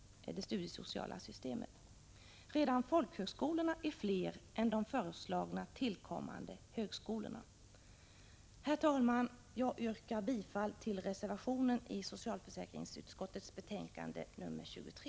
Redan folkhögskolorna är fler än de föreslagna tillkommande högskolorna. t Herr talman! Jag yrkar bifall till reservationen i socialförsäkringsutskottets betänkande 23.